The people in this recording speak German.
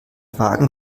wagen